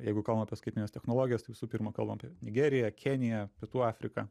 jeigu kalbam apie skaitmenines technologijas tai visų pirma kalbam apie nigeriją keniją pietų afriką